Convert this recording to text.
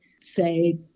say